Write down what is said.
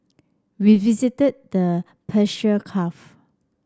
we visited the Persian Gulf